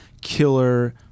killer